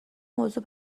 موضوع